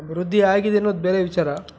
ಅಭಿವೃದ್ಧಿ ಆಗಿದೆ ಅನ್ನೋದು ಬೇರೆ ವಿಚಾರ